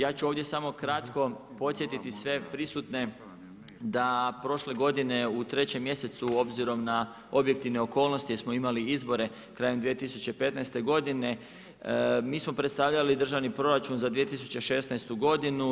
Ja ću ovdje samo kratko podsjetiti sve prisutne, da prošle godine u 3 mjesecu, obzirom na objektivne okolnosti, jer smo imali izbore, krajem 2015. godine, mi smo predstavljali državni proračun za 2016. godinu.